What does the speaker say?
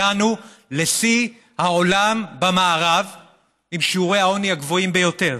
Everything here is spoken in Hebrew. הגענו לשיא עולמי במערב עם שיעורי העוני הגבוהים ביותר.